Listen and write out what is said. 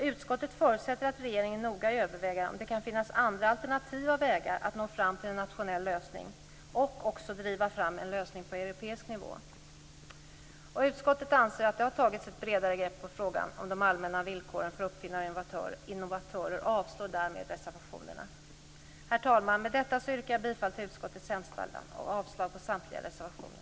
Utskottet förutsätter att regeringen noga överväger om det kan finnas andra alternativa vägar att nå fram till en nationell lösning och också driva fram en lösning på europeisk nivå. Utskottet anser att det har tagits ett bredare grepp om frågan om de allmänna villkoren för uppfinnare och innovatörer och avstyrker därför reservationerna. Herr talman! Med detta yrkar jag bifall till utskottets hemställan och avslag på samtliga reservationer.